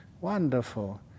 wonderful